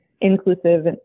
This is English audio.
inclusive